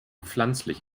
pflanzlich